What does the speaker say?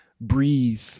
breathe